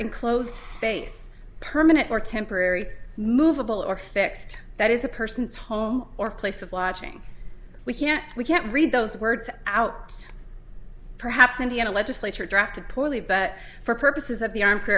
enclosed space permanent or temporary movable or fixed that is a person's home or place of lodging we can't we can't read those words out perhaps indiana legislature drafted poorly but for purposes of the